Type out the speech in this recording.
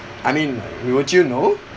I mean would you know